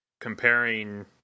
comparing